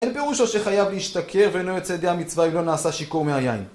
אין פירושו שחייב להשתכר ואינו יוצא ידי המצווה, אם לא נעשה שיכור מהיין